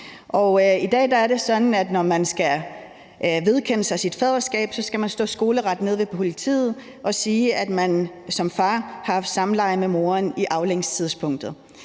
I dag er det sådan, at når man skal vedkende sig sit faderskab, skal man stå skoleret nede ved politiet og sige, at man som far har haft samleje med moderen på avlingstidspunktet.